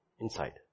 Inside